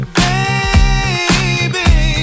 baby